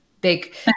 big